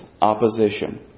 opposition